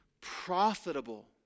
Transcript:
profitable